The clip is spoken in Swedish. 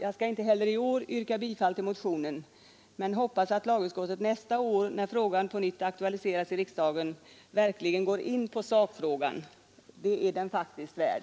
Jag skall inte heller i år yrka bifall till motionen, men jag hoppas att lagutskottet nästa år, när frågan på nytt aktualiseras i riksdagen, verkligen går in på sakfrågan. Det är den faktiskt värd.